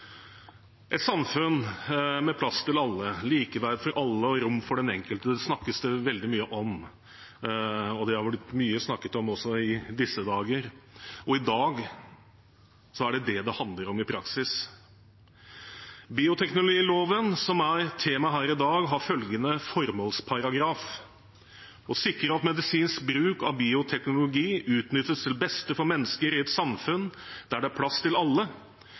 Et samfunn med plass til alle, likeverd for alle og rom for den enkelte snakkes det veldig mye om, og det har det også vært snakket mye om i disse dager. I dag er det det det handler om i praksis. Bioteknologiloven, som er tema her i dag, har følgende formålsparagraf: «å sikre at medisinsk bruk av bioteknologi utnyttes til beste for mennesker i et samfunn der det er plass til alle.